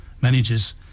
managers